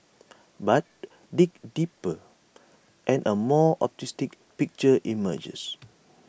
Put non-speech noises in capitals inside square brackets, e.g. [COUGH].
[NOISE] but dig deeper and A more optimistic picture emerges